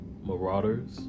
marauders